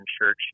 church